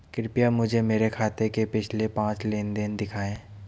कृपया मुझे मेरे खाते के पिछले पांच लेन देन दिखाएं